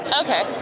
Okay